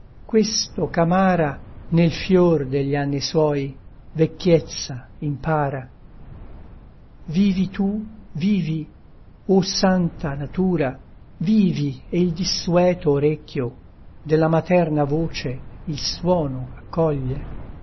questo ch'amara nel fior degli anni suoi vecchiezza impara vivi tu vivi o santa natura vivi e il dissueto orecchio della materna voce il suono accoglie